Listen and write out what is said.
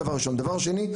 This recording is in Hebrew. דבר שני,